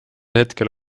hetkel